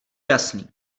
jasný